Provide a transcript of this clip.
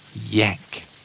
yank